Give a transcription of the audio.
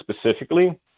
specifically